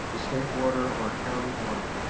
the state order or a county order.